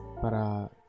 Para